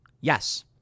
Yes